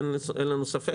אין לנו ספק,